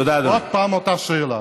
עוד פעם אותה שאלה.